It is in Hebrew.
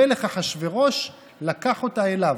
המלך אחשוורוש לקח אותה אליו.